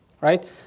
right